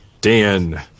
Dan